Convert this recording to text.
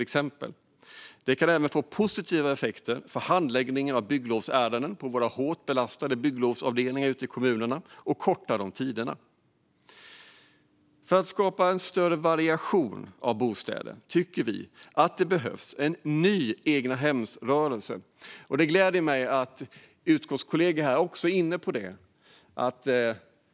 Det kan även få positiva effekter för handläggningen av bygglovsärenden på de hårt belastade bygglovsavdelningarna i våra kommuner genom att korta handläggningstiderna. För att skapa större variation av bostäder tycker vi att det behövs en ny egnahemsrörelse. Det gläder mig att några av mina utskottskollegor också är inne på det.